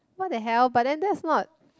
what the hell but then that's not